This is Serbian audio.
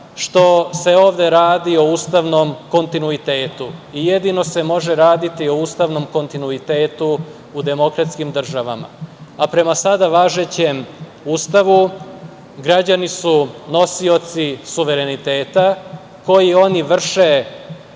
što se ovde radi o ustavnom kontinuitetu i jedino se može raditi o ustavnom kontinuitetu u demokratskim državama. Prema sada važećem Ustavu, građani su nosioci suvereniteta koji oni vrše